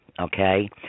okay